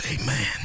Amen